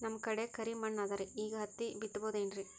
ನಮ್ ಕಡೆ ಕರಿ ಮಣ್ಣು ಅದರಿ, ಈಗ ಹತ್ತಿ ಬಿತ್ತಬಹುದು ಏನ್ರೀ?